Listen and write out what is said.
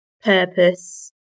purpose